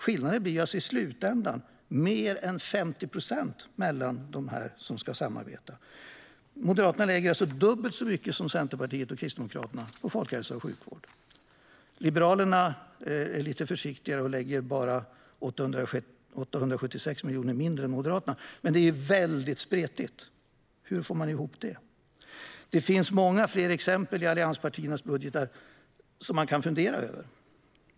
Skillnaderna blir i slutändan mer än 50 procent mellan dessa partier som ska samarbeta. Moderaterna lägger dubbelt så mycket som Centerpartiet och Kristdemokraterna på folkhälsa och sjukvård. Liberalerna är lite försiktigare och lägger bara 876 miljoner mindre än Moderaterna. Men det är väldigt spretigt. Hur får man ihop det? Det finns många fler exempel i allianspartiernas budgetar som man kan fundera över.